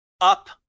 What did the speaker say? up